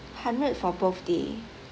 hundred for both day